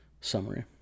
summary